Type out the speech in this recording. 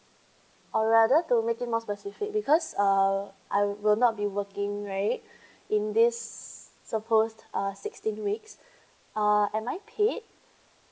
or rather to make it more specific because uh I will not be working right in this supposed are sixteen weeks uh am I paid